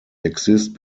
exist